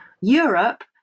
Europe